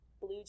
blue